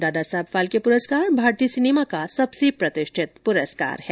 दादासाहेब फाल्के पुरस्कार भारतीय सिनेमा का सबसे प्रतिष्ठित पुरस्कार है